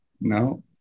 No